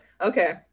Okay